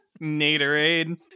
Naderade